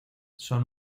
son